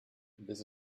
this